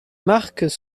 marques